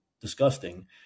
disgusting